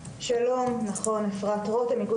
שכל ההקצאות שניתנו לפני שנה ושנה וחצי מאויישים